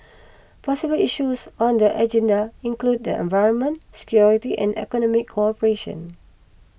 possible issues on the agenda include environment security and economic cooperation